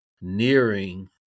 nearing